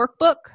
workbook